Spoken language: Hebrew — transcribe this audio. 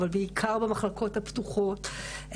אבל בעיקר במחלקות הפתוחות.